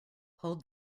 hold